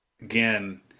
again